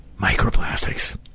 Microplastics